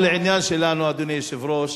אבל לעניין שלנו, אדוני היושב-ראש,